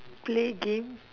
play game